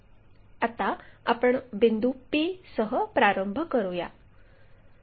आता आपण बिंदू P सह प्रारंभ करूया